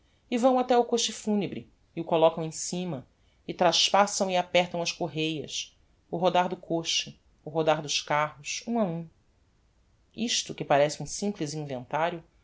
e vão até o coche funebre e o collocam em cima e traspassam e apertam as corrêas o rodar do coche o rodar dos carros um a um isto que parece um simples inventario